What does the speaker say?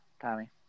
Tommy